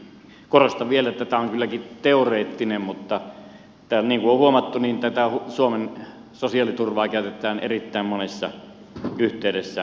korostan vielä että tämä on kylläkin teoreettista mutta niin kuin on huomattu tätä suomen sosiaaliturvaa käytetään erittäin monessa yhteydessä häikäilemättömästi hyväksi